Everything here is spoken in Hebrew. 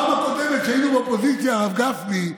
בפעם הקודמת, כשהיינו באופוזיציה, הרב גפני,